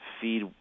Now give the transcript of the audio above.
feed